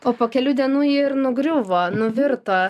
o po kelių dienų ir nugriuvo nuvirto